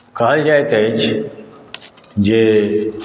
कहल जाइत अछि जे